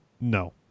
No